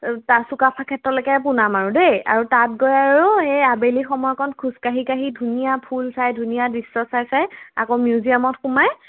তা চুকাফা ক্ষেত্ৰলৈকে পোনাম আৰু দেই আৰু তাত গৈ আৰু এই আবেলি সময়কণ খোজকাঢ়ি কাঢ়ি ধুনীয়া ফুল চাই ধুনীয়া দৃশ্য চাই চাই আকৌ মিউজিয়ামত সোমাই